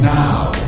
now